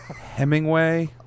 Hemingway